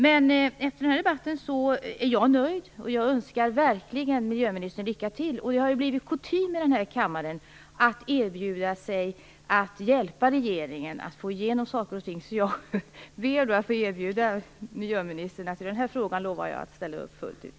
Men efter den här debatten är jag nöjd. Jag önskar verkligen miljöministern lycka till. Det har ju blivit kutym i den här kammaren att erbjuda sig att hjälpa regeringen att få igenom saker och ting, så jag ber att få erbjuda miljöministern min hjälp, i den här frågan lovar jag att ställa upp fullt ut.